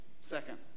Second